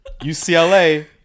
UCLA